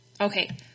Okay